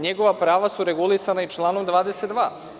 Njegova prava su regulisana i članom 22.